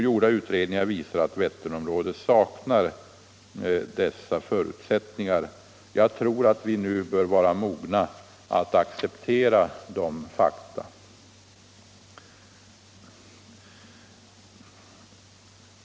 Gjorda utredningar visar att Vätternområdet saknar dessa förutsättningar. Jag tror att vi nu bör vara mogna att acceptera dessa fakta.